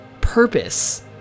Purpose